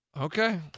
Okay